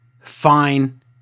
fine